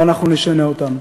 ואנחנו נשנה אותם.